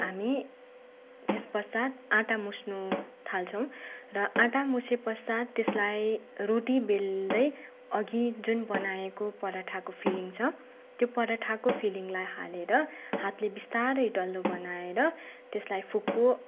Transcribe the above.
हामी त्यसपश्चात आँटा मुस्नु थाल्छौँ र आँटा मुछेपश्चात त्यसलाई रोटी बेल्दै अघि जुन बनाएको पराठाको फिलिङ छ त्यो पराठाको फिलिङलाई हालेर हातले बिस्तारै डल्लो बनाएर त्यसलाई फुको